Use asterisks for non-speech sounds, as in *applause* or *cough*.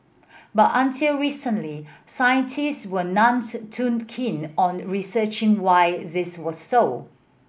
but until recently scientists were none *unintelligible* too keen on researching why this was so